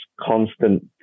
constant